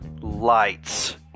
lights